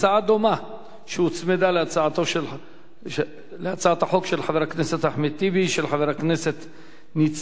הצעה דומה שהוצמדה להצעת החוק של חבר הכנסת אחמד טיבי,